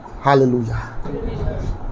Hallelujah